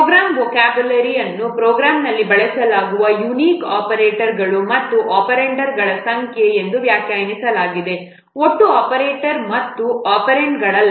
program vocabulary ಅನ್ನು ಪ್ರೋಗ್ರಾಂನಲ್ಲಿ ಬಳಸಲಾದ ಯುನಿಕ್ ಆಪರೇಟರ್ಗಳು ಮತ್ತು ಒಪೆರಾಂಡ್ಗಳ ಸಂಖ್ಯೆ ಎಂದು ವ್ಯಾಖ್ಯಾನಿಸಲಾಗಿದೆ ಒಟ್ಟು ಆಪರೇಟರ್ಗಳು ಮತ್ತು ಒಪೆರಾಂಡ್ಗಳಲ್ಲ